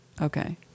Okay